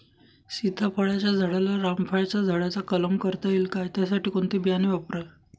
सीताफळाच्या झाडाला रामफळाच्या झाडाचा कलम करता येईल का, त्यासाठी कोणते बियाणे वापरावे?